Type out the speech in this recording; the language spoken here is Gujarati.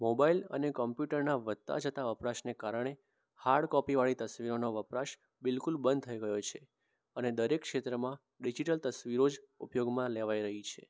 મોબાઈલ અને કમ્પ્યુટરના વધતા જતા વપરાશને કારણે હાર્ડ કોપીવાળી તસવીરોનો વપરાશ બિલકુલ બંધ થઈ ગયો છે અને દરેક ક્ષેત્રમાં ડીજીટલ તસવીરો જ ઉપયોગમાં લેવાઈ રહી છે